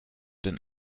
den